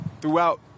throughout